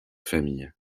famille